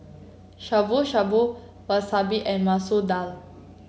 Shabu Shabu Wasabi and Masoor Dal